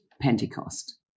Pentecost